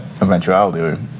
eventuality